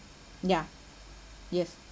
ya yes